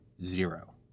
zero